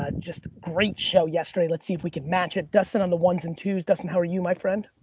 ah just great show yesterday, let's see if we can match it. dustin on the ones and twos, dustin how are you, my friend?